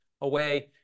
away